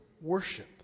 worship